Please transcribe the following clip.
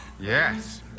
Yes